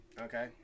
Okay